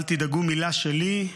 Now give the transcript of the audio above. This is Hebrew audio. אל תדאגו, מילה שלי,